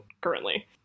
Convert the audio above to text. currently